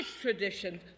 tradition